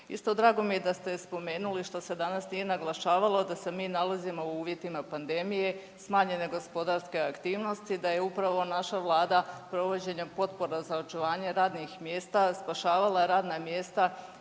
Isto drago mi je da ste spomenuli što se danas nije naglašavalo, da se mi nalazimo u uvjetima pandemije, smanjene gospodarske aktivnosti, da je upravo naša Vlada provođenjem potpora za očuvanje radnih mjesta, spašavala radna mjesta